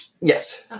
Yes